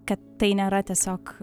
kad tai nėra tiesiog